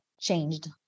changed